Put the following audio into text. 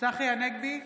צחי הנגבי,